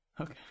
Okay